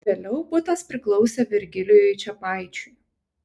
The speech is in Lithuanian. vėliau butas priklausė virgilijui čepaičiui